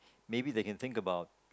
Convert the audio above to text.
maybe they can think about